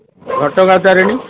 ଘଟଗାଁ ତାରିଣୀ